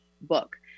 book